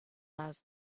has